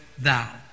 thou